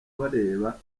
bareba